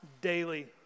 daily